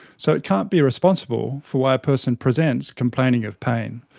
so it can't be responsible for why a person presents complaining of pain.